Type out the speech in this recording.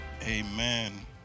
Amen